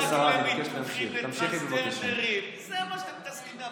תומכים בטרנסג'נדרים, בזה אתם מתעסקים.